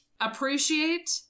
appreciate